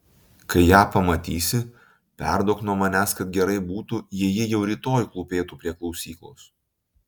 kai ją pamatysi perduok nuo manęs kad gerai būtų jei ji jau rytoj klūpėtų prie klausyklos